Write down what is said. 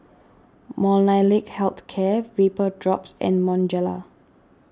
Molnylcke Health Care Vapodrops and Bonjela